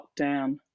lockdown